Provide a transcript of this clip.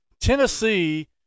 Tennessee